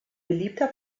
beliebter